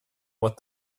what